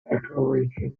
ecoregion